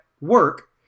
work